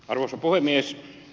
arvoisa puhemies